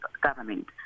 government